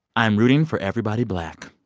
i'm rooting for everybody black.